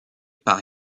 par